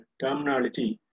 terminology